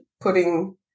putting